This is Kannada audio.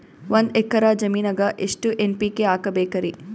ಒಂದ್ ಎಕ್ಕರ ಜಮೀನಗ ಎಷ್ಟು ಎನ್.ಪಿ.ಕೆ ಹಾಕಬೇಕರಿ?